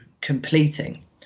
completing